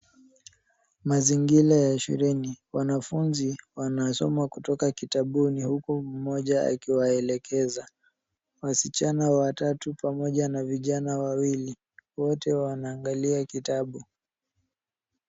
Mazingira ya shuleni. Wanafunzi wanasoma kutoka kitabuni huku mmoja akiwaelekeza. Wasichana watatu pamoja na vijana wawili. Wote wanaangalia kitabu.